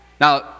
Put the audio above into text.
Now